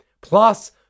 Plus